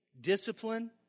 Discipline